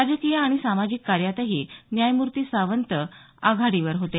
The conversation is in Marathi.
राजकीय आणि सामाजिक कार्यातही न्यायमूर्ती सावंत आघाडीवर होते